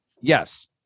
Yes